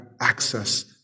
access